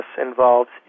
involves